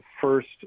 first